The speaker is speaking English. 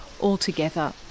altogether